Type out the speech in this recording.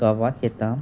गांवांत येता